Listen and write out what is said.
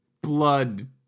Blood